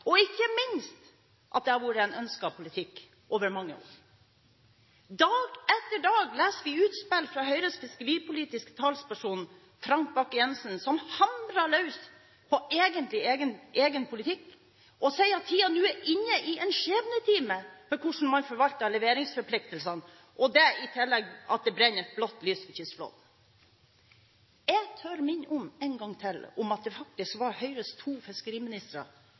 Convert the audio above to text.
og som ikke minst har vært en ønsket politikk over mange år. Dag etter dag leser vi utspill fra Høyres fiskeripolitiske talsperson, Frank Bakke-Jensen, som hamrer løs på egentlig egen politikk og sier at vi nå er «inne i en skjebnetime for hvordan man forvalter leveringsforpliktelsene» og at det i tillegg brenner et blått lys for kystflåten. Jeg tør minne om – en gang til – at det faktisk var Høyres to fiskeriministre